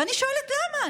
ואני שואלת: למה?